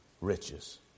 riches